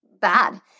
bad